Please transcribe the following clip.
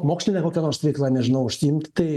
moksline kokia nors veikla nežinau užsiimt tai